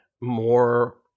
more